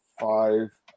Five